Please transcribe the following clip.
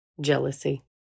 Jealousy